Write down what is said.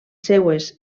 seues